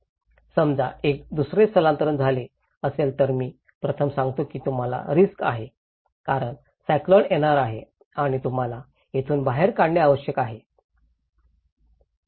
समजा जर एखादे स्थानांतरण झाले असेल तर मी प्रथम सांगतो की तुम्हाला रिस्क आहे कारण सायक्लॉन येणार आहे आणि तुम्हाला तेथून बाहेर काढणे आवश्यक आहे